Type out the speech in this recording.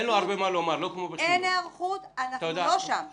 אין היערכות, אנחנו לא שם.